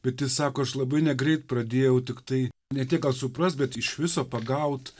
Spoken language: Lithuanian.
bet jis sako aš labai negreit pradėjau tiktai ne tiek gal suprast bet iš viso pagaut